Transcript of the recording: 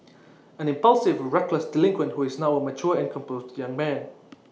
an impulsive reckless delinquent who is now A mature and composed young man